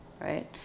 right